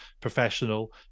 professional